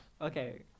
Okay